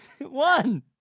One